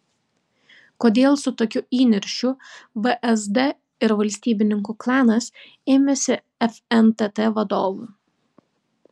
kodėl su tokiu įniršiu vsd ir valstybininkų klanas ėmėsi fntt vadovų